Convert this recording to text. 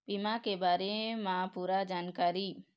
बीमा के बारे म पूरा जानकारी?